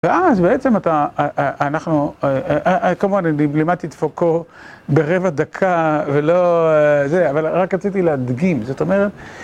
ואז בעצם אתה, אנחנו, כמובן אני לימדתי את פוקו ברבע דקה, ולא זה, אבל רק רציתי להדגים, זאת אומרת...